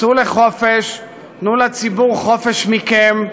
צאו לחופש, תנו לציבור חופש מכם.